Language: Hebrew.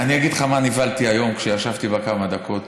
אני אגיד לך למה נבהלתי היום כשישבתי כמה דקות